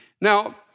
Now